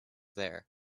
there